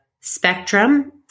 spectrum